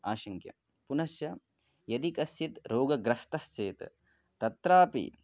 आशङ्क्य पुनश्च यदि कश्चित् रोगग्रस्थश्चेत् तत्रापि